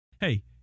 hey